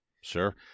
Sure